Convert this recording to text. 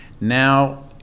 Now